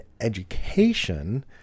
education